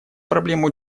проблема